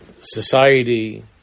society